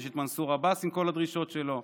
יש מנסור עבאס עם כל הדרישות שלו,